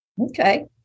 Okay